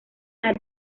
más